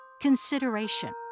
consideration